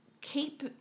keep